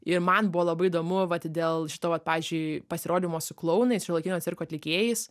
ir man buvo labai įdomu vat dėl šito vat pavyzdžiui pasirodymo su klounais šiuolaikinio cirko atlikėjais